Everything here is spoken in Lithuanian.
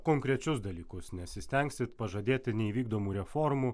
konkrečius dalykus nesistengsit pažadėti neįvykdomų reformų